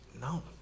No